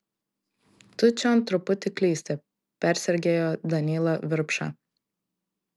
tu čion truputį klysti persergėjo danylą virpša